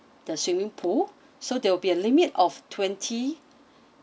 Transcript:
the swimming pool so there will be a limit of twenty